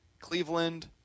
Cleveland